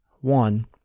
One